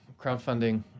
crowdfunding